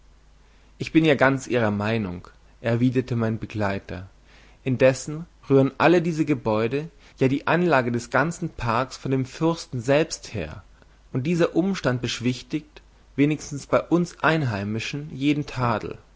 ich bin ganz ihrer meinung erwiderte mein begleiter indessen rühren alle diese gebäude ja die anlage des ganzen parks von dem fürsten selbst her und dieser umstand beschwichtigt wenigstens bei uns einheimischen jeden tadel